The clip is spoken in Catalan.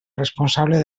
responsable